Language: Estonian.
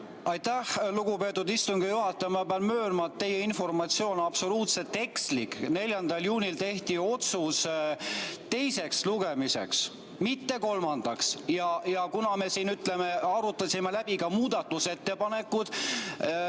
Aitäh, lugupeetud istungi juhataja! Ma pean möönma, et teie informatsioon on absoluutselt ekslik. 4. juunil tehti otsus teise lugemise, mitte kolmanda kohta. Kuna me siin arutasime läbi muudatusettepanekud